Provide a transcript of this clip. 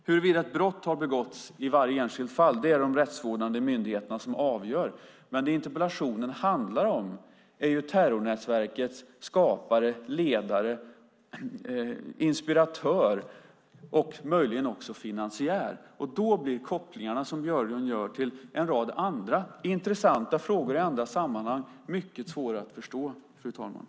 Huruvida ett brott har begåtts i varje enskilt fall är det de rättsvårdande myndigheterna som avgör. Men det interpellationen handlar om är terrornätverkets skapare, ledare, inspiratör och möjligen också finansiär, och då blir de kopplingar till en rad andra intressanta frågor i andra sammanhang som Björlund gör mycket svåra att förstå, fru talman.